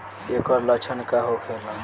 ऐकर लक्षण का होखेला?